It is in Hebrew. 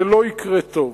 וזה לא יקרה טוב.